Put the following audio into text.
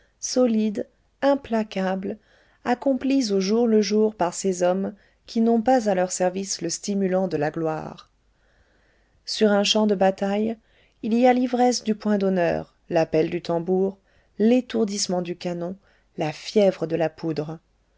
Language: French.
solide implacable accomplis au jour le jour par ces hommes qui n'ont pas à leur service le stimulant de la gloire sur un champ de bataille il y a l'ivresse du point d'honneur l'appel du tambour l'étourdissement du canon la fièvre de la poudre